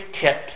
tips